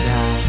Now